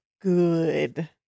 good